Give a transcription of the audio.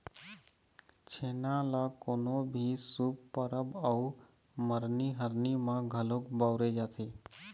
छेना ल कोनो भी शुभ परब अउ मरनी हरनी म घलोक बउरे जाथे